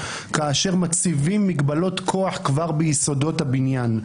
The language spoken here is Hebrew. כאשר מציבים מגבלות כוח כבר ביסודות הבניין.